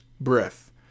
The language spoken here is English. breath